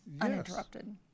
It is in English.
uninterrupted